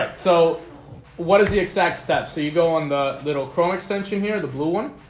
so what is the exact step so you go on the little chrome extension here the blue one?